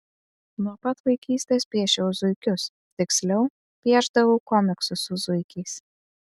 nuo pat vaikystės piešiau zuikius tiksliau piešdavau komiksus su zuikiais